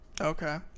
Okay